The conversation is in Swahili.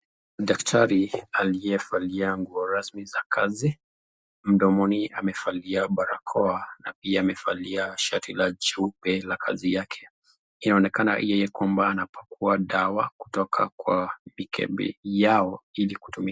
Daktari akyevakia nguo rasmi za kazi mdomoni amevakia barakoa na pia amevalia shati la jeupe la kazi yake, inaonekana kwamba yeye anapakua dawa kutoka kwa mikebe yao ili kutumika.